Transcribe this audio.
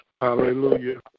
Hallelujah